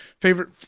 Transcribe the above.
favorite